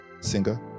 singer